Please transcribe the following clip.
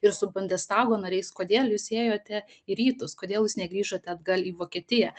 ir su bundestago nariais kodėl jūs ėjote į rytus kodėl jūs negrįžote atgal į vokietiją